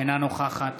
אינה נוכחת